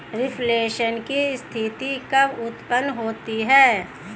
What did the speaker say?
Reflation की स्थिति कब उत्पन्न होती है?